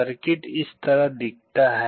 circuit इस तरह दिखता है